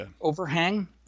overhang